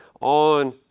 on